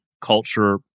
culture